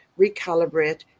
recalibrate